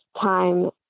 time